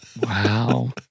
Wow